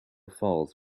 falls